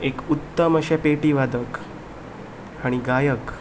एक उत्तम अशे पेटी वादक आनी गायक